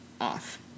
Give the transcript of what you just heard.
off